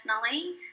personally